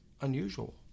unusual